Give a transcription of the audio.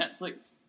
Netflix